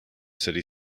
city